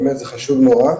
באמת זה חשוב נורא,